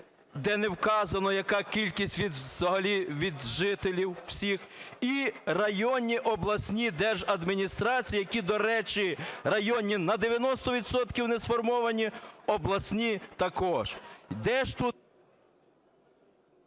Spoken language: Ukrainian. де не вказано, яка кількість взагалі від жителів всіх, і районні обласні держадміністрації, які, до речі, районні на 90 відсотків не сформовані, обласні – також. Де ж тут...